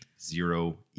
zero